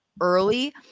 early